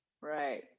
Right